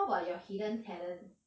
how about your hidden talent